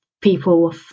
people